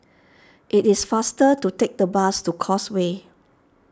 it is faster to take the bus to Causeway